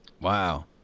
Wow